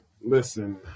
Listen